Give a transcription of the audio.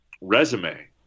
resume